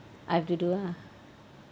I have to do lah